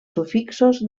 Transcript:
sufixos